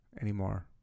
Anymore